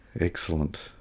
Excellent